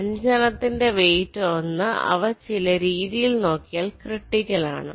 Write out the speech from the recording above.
5 എണ്ണത്തിന്റെ വെയ്റ്റ് 1 അവ ചില രീതിയിൽ നോക്കിയാൽ ക്രിട്ടിക്കൽ ആണ്